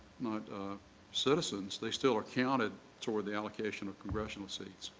not citizens, they still are counted towards the allocation of congressional seats.